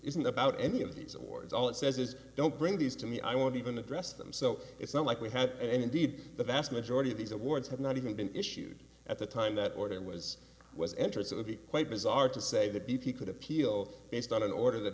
isn't about any of these awards all it says is don't bring these to me i won't even address them so it's not like we have and indeed the vast majority of these awards have not even been issued at the time that order was was entered it would be quite bizarre to say that b p could appeal based on an order that